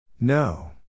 no